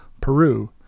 Peru